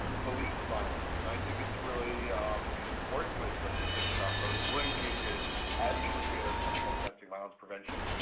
police violence. and i think it's really an important place for us to think about those linkages as we're looking at our sexual and domestic violence prevention.